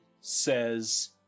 says